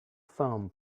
foam